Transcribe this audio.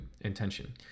intention